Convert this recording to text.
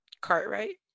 Cartwright